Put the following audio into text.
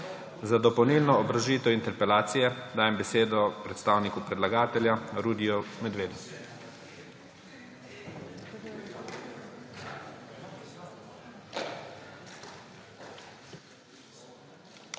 Za dopolnilno obrazložitev interpelacije dajem besedo predstavniku predlagateljev Rudiju Medvedu.